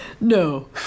No